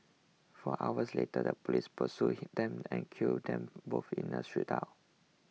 four hours later the police pursued him them and killed them both in a shootout